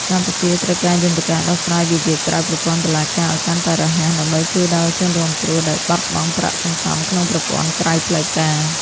កម្ពុជាត្រូវការយន្តការដោះស្រាយវិវាទក្រៅប្រព័ន្ធតុលាការឱ្យកាន់តែរហ័ស ដើម្បីជួយដល់ជនរងគ្រោះដែលបាត់បង់ប្រាក់សន្សំក្នុងប្រព័ន្ធក្រៅផ្លូវការ។